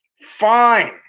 Fine